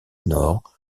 nord